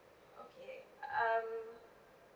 okay um